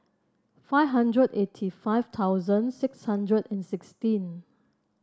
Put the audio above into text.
five hundred eighty five thousand six hundred and sixteen